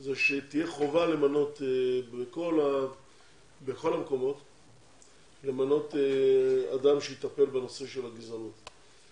זה שתהיה חובה למנות בכל המקומות אדם שיטפל בנושא של הגזענות,